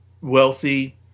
wealthy